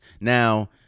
Now